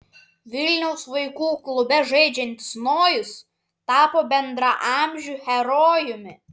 vilniaus vaikų klube žaidžiantis nojus tapo bendraamžių herojumi